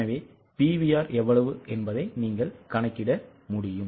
எனவே PVR எவ்வளவு என்பதை நீங்கள் கணக்கிட முடியும்